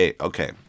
Okay